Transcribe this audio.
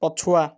ପଛୁଆ